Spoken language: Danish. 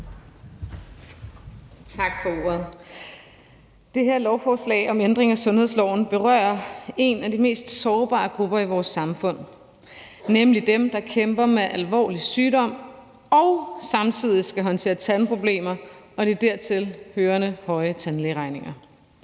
Tak for ordet. Det her lovforslag om ændring af sundhedsloven berører en af de mest sårbare grupper i vores samfund, nemlig dem, der kæmper med alvorlig sygdom og samtidig skal håndtere tandproblemer og de dertil hørende store tandlægeregninger.